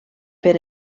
per